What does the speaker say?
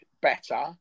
better